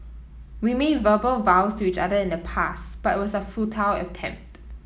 we made verbal vows to each other in the past but it was a futile attempt